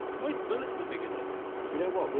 most bullets are bigger than this. you know what,